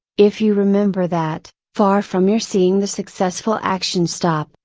if you remember that, far from your seeing the successful action stop,